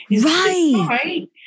right